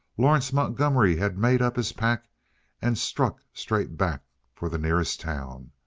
lawrence montgomery had made up his pack and struck straight back for the nearest town.